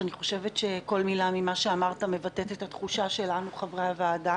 אני חושבת שכל מילה שאמרת מבטאת את התחושה שלנו חברי הוועדה.